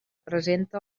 presenta